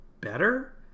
better